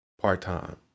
part-time